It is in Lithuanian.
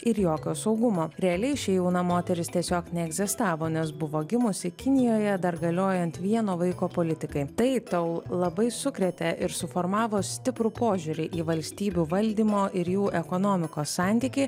ir jokio saugumo realiai ši jauna moteris tiesiog neegzistavo nes buvo gimusi kinijoje dar galiojant vieno vaiko politikai tai tau labai sukrėtė ir suformavo stiprų požiūrį į valstybių valdymo ir jų ekonomikos santykį